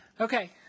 Okay